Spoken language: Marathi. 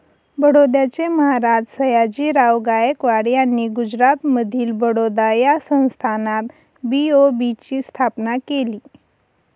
बडोद्याचे महाराज सयाजीराव गायकवाड यांनी गुजरातमधील बडोदा या संस्थानात बी.ओ.बी ची स्थापना केली